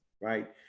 right